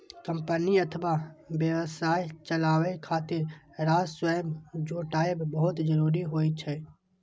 company अथवा व्यवसाय चलाबै खातिर राजस्व जुटायब बहुत जरूरी होइ छै